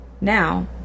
Now